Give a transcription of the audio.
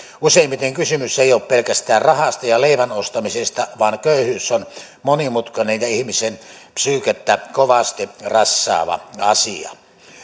useimmiten kysymys ei ole pelkästään rahasta ja leivän ostamisesta vaan köyhyys on monimutkainen ja ihmisen psyykettä kovasti rassaava asia